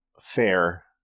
fair